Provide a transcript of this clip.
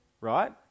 right